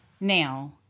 Now